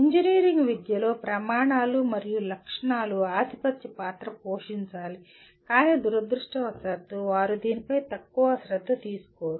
engineering విద్యలో ప్రమాణాలు మరియు లక్షణాలు ఆధిపత్య పాత్ర పోషించాలి కానీ దురదృష్టవశాత్తు వారు దీనిపై తక్కువ శ్రద్ధ తీసుకోరు